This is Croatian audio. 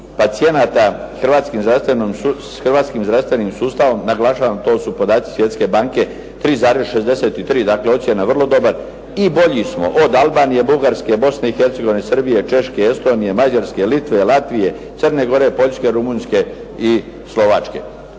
pacijenata hrvatskim zdravstvenim sustavom, naglašavam to su podaci Svjetske banke 3,63, dakle ocjena vrlo dobar, i bolji smo od Albanije, Bugarske, Bosne i Hercegovine, Srbije, Češke, Estonije, Mađarske, Litve, Latvije, Crne gore, Poljske, Rumunjske i Slovačke.